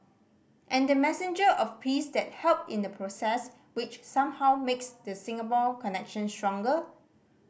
and the messenger of peace that helped in the process which somehow makes the Singapore connection stronger